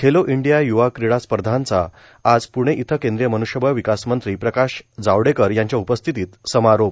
Khelo India युवा क्रीडा स्पर्धांचा आज प्रणे इथं केंद्रीय मनुष्यबळ विकास मंत्री प्रकाश जावडेकर यांच्या उपस्थितीत समारोप